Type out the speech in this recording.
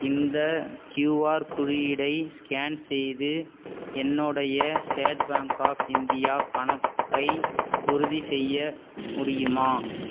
இந்த கியூஆர் குறியீடை ஸ்கேன் செய்து என்னோடைய ஸ்டேட் பேங்க் ஆஃப் இந்தியா கணக்கை உறுதி செய்ய முடியுமா